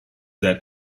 that